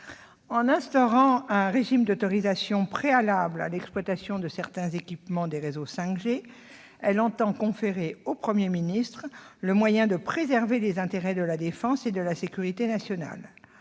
En instaurant un régime d'autorisation préalable à l'exploitation de certains équipements des réseaux 5G, ce texte entend conférer au Premier ministre le moyen de préserver les intérêts de la défense et de la sécurité nationale.